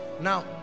now